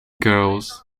girls